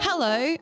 Hello